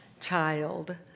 child